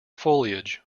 foliage